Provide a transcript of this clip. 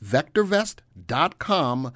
VectorVest.com